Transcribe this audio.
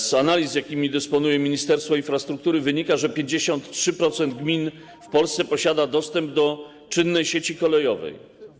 Z analiz, jakimi dysponuje Ministerstwo Infrastruktury, wynika, że 53% gmin w Polsce posiada dostęp do czynnej sieci kolejowej.